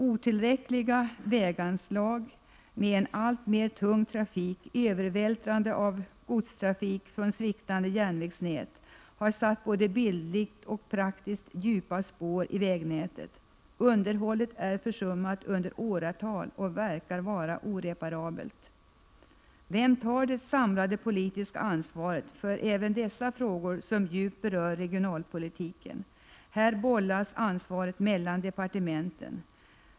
Otillräckliga väganslag, allt mer av tung trafik och övervältrandet av godstrafik från ett sviktande järnvägsnät har både bildligt och praktiskt satt djupa spår i vägnätet. Underhållet har försummats i åratal, och skadorna verkar vara oreparabla. Vem tar det samlade politiska ansvaret för även dessa frågor som djupt berör regionalpolitiken? Här bollas ansvaret mellan departementen.